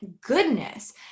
goodness